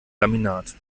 laminat